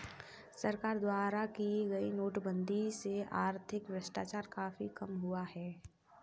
सरकार द्वारा की गई नोटबंदी से आर्थिक भ्रष्टाचार काफी कम हुआ है